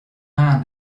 man